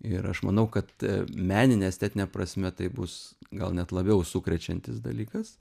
ir aš manau kad menine estetine prasme tai bus gal net labiau sukrečiantis dalykas